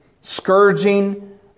scourging